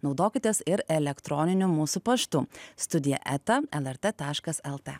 naudokitės ir elektroniniu mūsų paštu studije eta lrt taškas lt